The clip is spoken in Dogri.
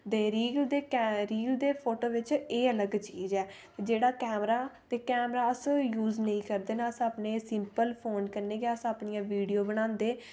ते रील दे फोटू बिच एह् अलग चीज ऐ जेह्ड़ा कैमरा ते कैमरा अस यूज़ नेईं करदे न अस अपने सिंपल फोन कन्नै कै अस अपनियां वीडियो बनांदे